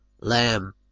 lamb